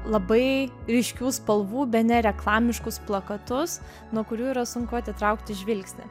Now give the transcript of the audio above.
labai ryškių spalvų bene reklamiškus plakatus nuo kurių yra sunku atitraukti žvilgsnį